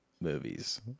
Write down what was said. movies